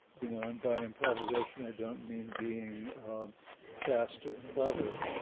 you know, and by improvisation, i don't mean being fast or clever.